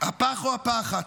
הפח או הפחת.